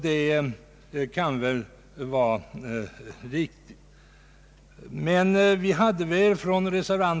Det kan väl vara riktigt.